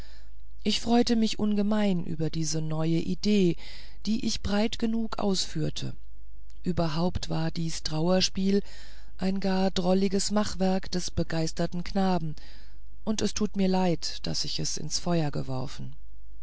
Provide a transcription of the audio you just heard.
ich freute mich ungemein über diese neue idee die ich breit genug ausführte überhaupt war dies trauerspiel ein gar drolliges machwerk des begeisterten knaben und es tut mir leid daß ich es ins feuer geworfen